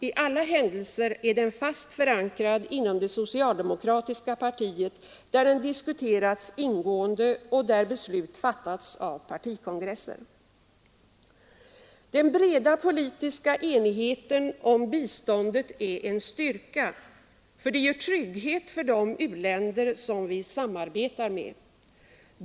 I alla händelser är den fast förankrad inom det socialdemokratiska partiet, där den diskuterats ingående och där beslut fattats av partikongresser. Den breda politiska enigheten om biståndet är en styrka, för den ger trygghet för de u-länder som vi samarbetar med.